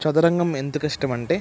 చదరంగం ఎందుకు ఇష్టం అంటే